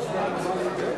צריך להתבטא בנושא,